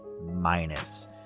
minus